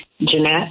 Jeanette